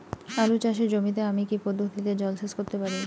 আলু চাষে জমিতে আমি কী পদ্ধতিতে জলসেচ করতে পারি?